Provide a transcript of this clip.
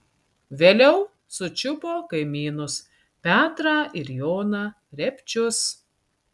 vėliau sučiupo kaimynus petrą ir joną repčius